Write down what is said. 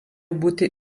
būti